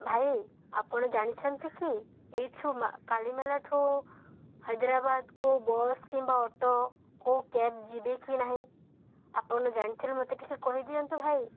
ଭାଇ ଆପଣ ଜାଣିଛନ୍ତି କି ଏଇଠୁ କାଲିମେଳାଠୁ ହାଇଦ୍ରାବାଦ କେଉଁ ବସ୍ କିମ୍ବା ଅଟୋ କେଉଁ କ୍ୟାବ୍ ଯିବେ କି ନାହିଁ ଆପଣ ଜାଣିଥିଲେ ମୋତେ ଟିକେ କହିଦିଅନ୍ତୁ ଭାଇ